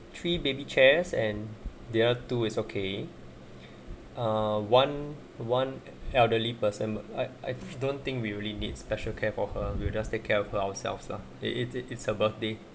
three baby chairs and there are two is okay uh one one elderly person I I don't think we really need special care for her will just take care of her ourselves lah it's a it's a birthday